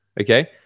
Okay